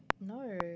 no